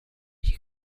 you